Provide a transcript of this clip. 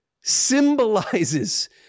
symbolizes